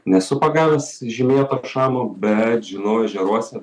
nesu pagavęs žymėto kad šamo bet žinau ežeruose